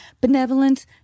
benevolent